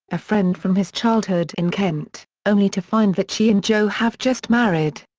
a friend from his childhood in kent, only to find that she and joe have just married.